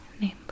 Name